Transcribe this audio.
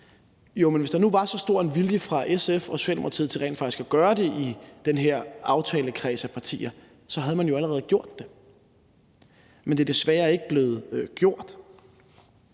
Jo, men hvis nu der var så stor en vilje fra SF og Socialdemokratiet til rent faktisk at gøre det i den her aftalekreds af partier, havde man jo allerede gjort det, men det er desværre ikke blevet gjort,